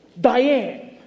Diane